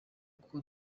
uko